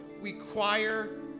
require